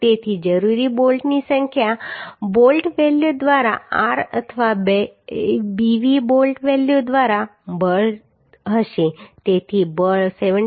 તેથી જરૂરી બોલ્ટની સંખ્યા બોલ્ટ વેલ્યુ દ્વારા R અથવા Bv બોલ્ટ વેલ્યુ દ્વારા બળ હશે તેથી બળ 17